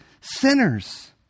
sinners